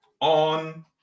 on